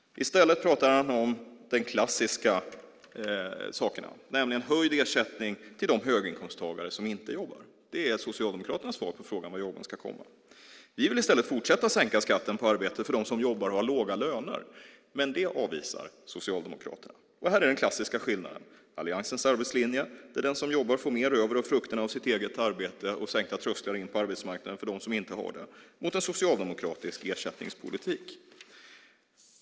I stället pratar han om det klassiska, nämligen höjd ersättning till de höginkomsttagare som inte jobbar. Det är Socialdemokraternas svar på frågan var jobben ska komma. Vi vill i stället fortsätta att sänka skatten på arbete för dem som jobbar och har låga löner, men det avvisar Socialdemokraterna. Det här är den klassiska skillnaden: Alliansens arbetslinje, där den som jobbar får mer över och frukterna av sitt eget arbete och sänkta trösklar in på arbetsmarknaden för dem som inte har jobb, står mot en socialdemokratisk ersättningspolitik.